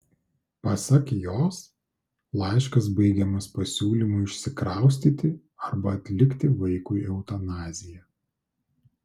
pasak jos laiškas baigiamas pasiūlymu išsikraustyti arba atlikti vaikui eutanaziją